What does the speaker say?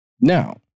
Now